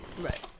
Right